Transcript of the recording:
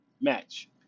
match